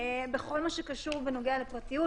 בכל מה שקשור ונוגע לפרטיות,